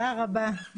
תודה רבה.